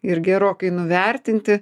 ir gerokai nuvertinti